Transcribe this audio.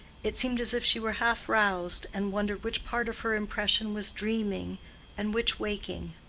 it seemed as if she were half roused, and wondered which part of her impression was dreaming and which waking.